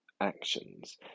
actions